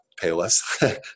Payless